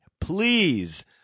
please